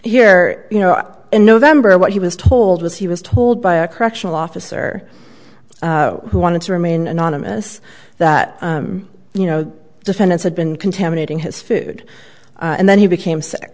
here you know in november what he was told was he was told by a correctional officer who wanted to remain anonymous that you know defendants had been contaminating his food and then he became sick